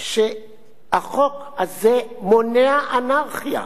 שהחוק הזה מונע אנרכיה.